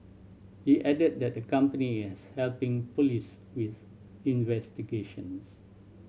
he added that the company is helping police with investigations